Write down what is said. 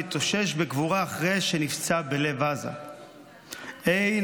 מתאושש בגבורה אחרי שנפצע בלב עזה // נכון,